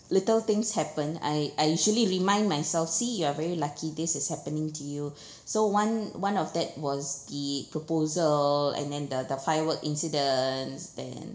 little things happen I I usually remind myself see you are very lucky this is happening to you so one one of that was the proposal and then the the firework incidents then